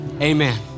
amen